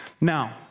Now